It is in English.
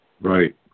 Right